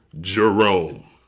Jerome